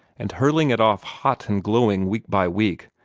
and hurling it off hot and glowing week by week,